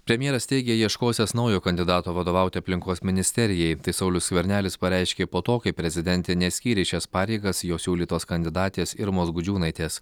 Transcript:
premjeras teigė ieškosiąs naujo kandidato vadovauti aplinkos ministerijai tai saulius skvernelis pareiškė po to kai prezidentė neskyrė į šias pareigas jo siūlytos kandidatės irmos gudžiūnaitės